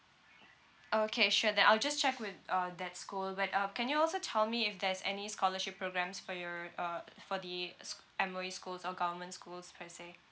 okay sure then I'll just check with uh that school but um can you also tell me if there's any scholarship programmes for your uh for the uh s~ M_O_E schools or government schools per se